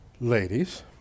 ladies